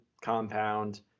compound